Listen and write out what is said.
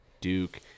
Duke